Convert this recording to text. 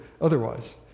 otherwise